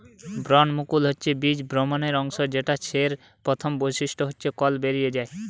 ভ্রূণমুকুল হচ্ছে বীজ ভ্রূণের অংশ যেটা ছের প্রথম বৈশিষ্ট্য হচ্ছে কল বেরি যায়